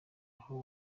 aho